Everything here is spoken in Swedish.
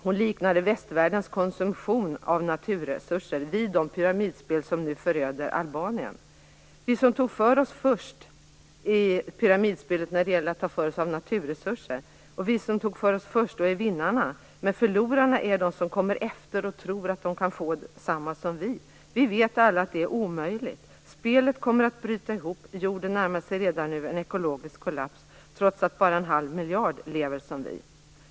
Hon liknade västvärldens konsumtion av naturresurser vid de pyramidspel som nu föröder Albanien. Vi som var först i pyramidspelet när det gällde att ta för sig av naturresurserna är vinnarna. Förlorarna är de som kommer efter och tror att de kan få samma saker som vi. Vi vet alla att det är omöjligt. Spelet kommer att bryta ihop. Jorden närmar sig redan en ekologisk kollaps, trots att bara en halv miljard människor lever som vi.